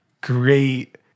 great